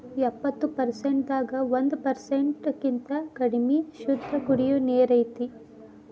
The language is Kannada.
ಎಪ್ಪತ್ತು ಪರಸೆಂಟ್ ದಾಗ ಒಂದ ಪರಸೆಂಟ್ ಕಿಂತ ಕಡಮಿ ಶುದ್ದ ಕುಡಿಯು ನೇರ ಐತಿ